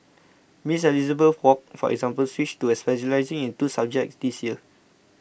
Miss Elizabeth Wok for example switched to specialising in two subjects this year